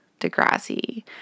Degrassi